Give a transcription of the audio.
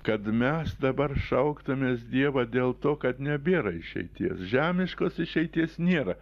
kad mes dabar šauktumes dievą dėl to kad nebėra išeities žemiškos išeities nėra